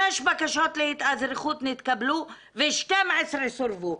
שש בקשות להתאזרחות נתקבלו ו-12 סורבו.